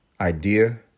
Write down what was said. idea